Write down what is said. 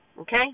Okay